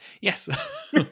Yes